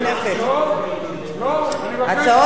לא לא, אני מבקש שתמשוך את זה